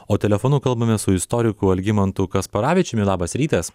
o telefonu kalbamės su istoriku algimantu kasparavičiumi labas rytas